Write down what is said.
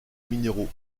minéraux